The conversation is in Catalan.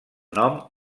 nom